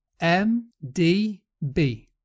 mdb